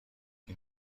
این